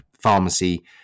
pharmacy